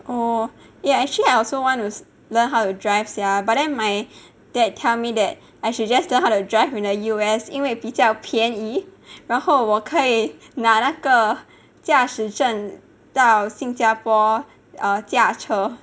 oh yeah actually I also want to learn how to drive sia but then my dad tell me that I should just learn how to drive in the U_S 因为比较便宜然后我可以拿那个驾驶证到新加坡 err 驾车